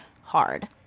hard